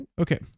Okay